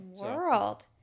world